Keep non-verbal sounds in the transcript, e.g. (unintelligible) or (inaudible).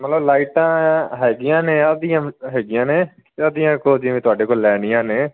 ਮਤਲਬ ਲਾਈਟਾਂ ਹੈਗੀਆਂ ਨੇ ਉਹਦੀਆਂ ਹੈਗੀਆਂ ਨੇ (unintelligible) ਕੋਲ ਜਿਵੇਂ ਤੁਹਾਡੇ ਕੋਲ ਲੈਣੀਆਂ ਨੇ